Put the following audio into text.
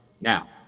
Now